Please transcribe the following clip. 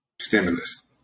stimulus